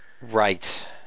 Right